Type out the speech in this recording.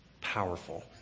powerful